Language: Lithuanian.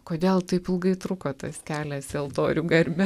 kodėl taip ilgai truko tas kelias į altorių garbę